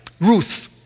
Ruth